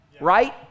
right